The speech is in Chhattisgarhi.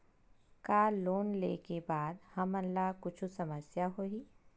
का लोन ले के बाद हमन ला कुछु समस्या होही?